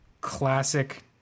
classic